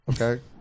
Okay